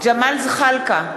ג'מאל זחאלקה,